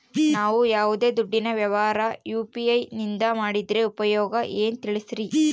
ನಾವು ಯಾವ್ದೇ ದುಡ್ಡಿನ ವ್ಯವಹಾರ ಯು.ಪಿ.ಐ ನಿಂದ ಮಾಡಿದ್ರೆ ಉಪಯೋಗ ಏನು ತಿಳಿಸ್ರಿ?